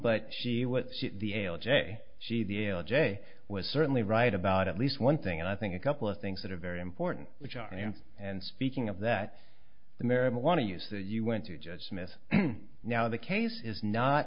a she the l j was certainly right about at least one thing and i think a couple of things that are very important which are you and speaking of that the marijuana use that you went to judge smith now the case is not